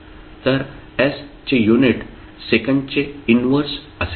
तर s चे unit सेकंडचे इनव्हर्स असेल